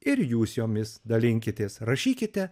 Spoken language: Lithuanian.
ir jūs jomis dalinkitės rašykite